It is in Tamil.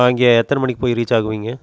அங்கே எத்தனை மணிக்கு போய் ரீச் ஆகுவிங்க